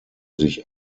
sich